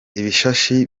ibishashi